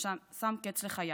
ששם קץ לחייו,